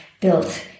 built